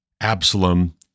Absalom